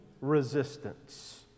resistance